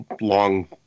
long